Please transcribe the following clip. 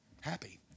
Happy